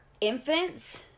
infants